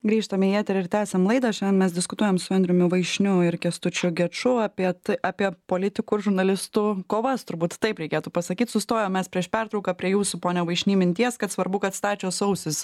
grįžtam į eterį ir tęsiam laidą šiandien mes diskutuojam su andriumi vaišniu ir kęstučiu geču apie apie politikų ir žurnalistų kovas turbūt taip reikėtų pasakyt sustojom mes prieš pertrauką prie jūsų pone vaišny minties kad svarbu kad stačios ausys